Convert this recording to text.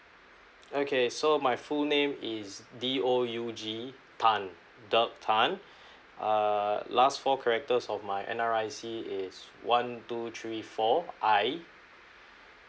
okay so my full name is D O U G tan doug tan err last four characters of my N_R_I_C is one two three four I